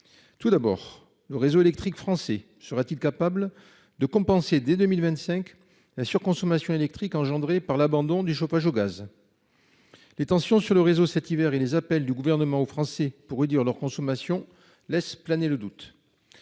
Tout d'abord le réseau électrique français sera-t-il capable de compenser dès 2025 la surconsommation électrique engendrée par l'abandon du chauffage au gaz. Les tensions sur le réseau cet hiver et les appels du gouvernement aux Français pour réduire leur consommation laisse planer le doute.